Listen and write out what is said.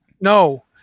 No